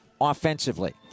offensively